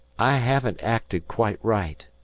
i haven't acted quite right,